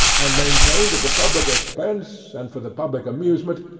and maintained at the public expense, and for the public amusement,